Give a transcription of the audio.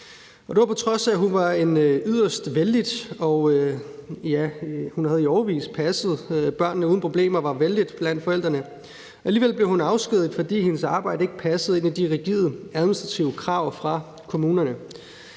det var, på trods af at hun i årevis havde passet børnene uden problemer og var vellidt blandt forældrene. Alligevel blev hun afskediget, fordi hendes arbejde ikke passede ind i de rigide administrative krav fra kommunerne.